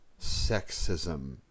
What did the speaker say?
sexism